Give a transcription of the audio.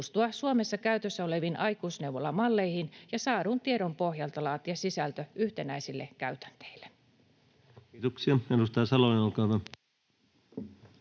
kiitos!